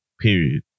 period